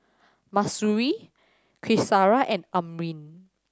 Mahsuri Qaisara and Amrin